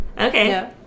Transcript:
Okay